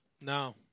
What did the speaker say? No